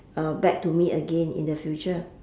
uh back to me again in the future